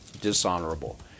dishonorable